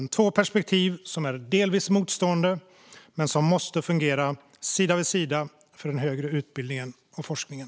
Det är två perspektiv som är delvis motstående men som måste fungera sida vid sida inom den högre utbildningen och forskningen.